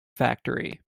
factory